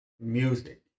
music